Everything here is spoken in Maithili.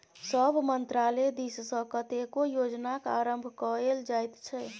सभ मन्त्रालय दिससँ कतेको योजनाक आरम्भ कएल जाइत छै